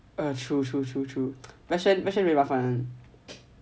err true true true true best friend very 麻烦